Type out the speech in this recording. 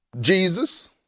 Jesus